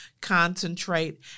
concentrate